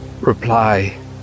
reply